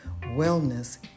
Wellness